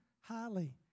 highly